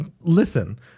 Listen